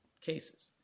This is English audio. cases